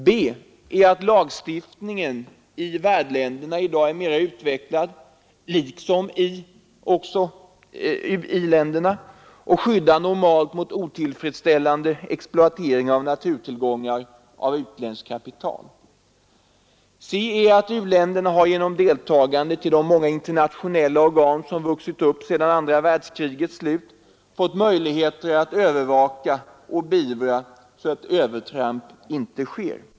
b) Lagstiftningen i värdländerna är i dag mer utvecklad — liksom också i i-länderna — och skyddar normalt mot otillfredsställande exploatering av naturtillgångar med hjälp av utländskt kapital. c) U-länderna har genom deltagandet i de många internationella organ som vuxit upp sedan andra världskrigets slut fått möjligheter att övervaka och att beivra övertramp, så att sådana inte sker.